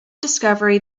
discovery